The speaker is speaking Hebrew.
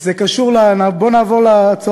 זה שוויון בזכויות ושוויון בחובות.